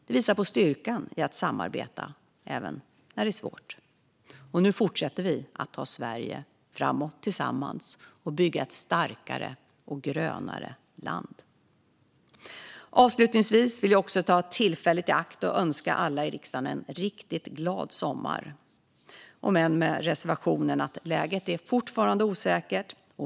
Det visar på styrkan i att samarbeta även när det är svårt. Och nu fortsätter vi att ta Sverige framåt tillsammans och bygga ett starkare och grönare land. Avslutningsvis vill jag ta tillfället i akt och önska alla i riksdagen en riktigt glad sommar, om än med reservation för att läget fortfarande är osäkert.